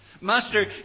Master